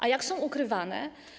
A jak są ukrywane?